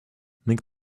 make